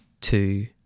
two